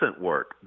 work